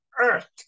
earth